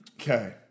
Okay